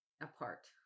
Apart